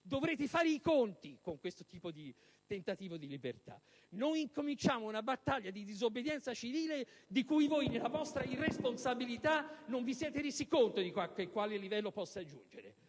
Dovrete fare i conti con questo tentativo di libertà. Noi cominciamo una battaglia di disobbedienza civile e voi, nella vostra irresponsabilità, non vi siete resi conto del livello al quale può giungere.